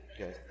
Okay